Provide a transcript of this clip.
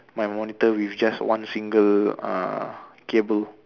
my monitor with just one single uh cable